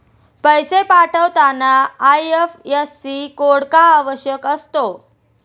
पैसे पाठवताना IFSC code का आवश्यक असतो?